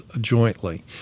jointly